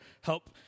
help